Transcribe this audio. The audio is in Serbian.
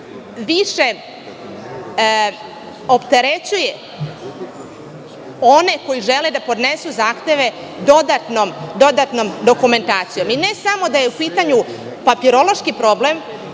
više opterećuje one koji žele da podnesu zahteve, dodatnom dokumentacijom. I ne samo da je u pitanju papirološki problem,